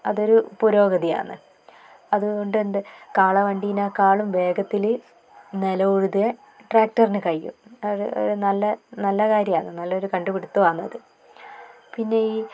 അതൊരു പുരോഗതിയാണ് അതുകൊണ്ട് എന്ത് കാളവണ്ടിയെക്കാളും വേഗത്തിൽ നിലം ഉഴുതാൻ ട്രാക്ടറിന് കഴിയും ഓ ഒരു നല്ല നല്ല കാര്യമാണ് നല്ലൊരു കണ്ടുപിടിത്തവുമാണിത് പിന്നെ ഈ